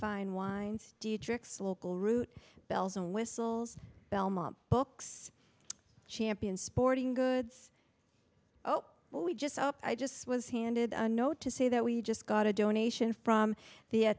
fine wines dietrich's local route bells and whistles belmont books champion sporting goods oh well we just up i just was handed a note to say that we just got a donation from the